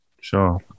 Sure